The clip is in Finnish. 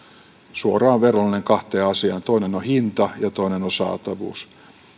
suoraan verrannollinen kahteen asiaan toinen on hinta ja toinen on saatavuus